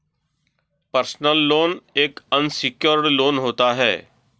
personal loan एक unsecured loan होता है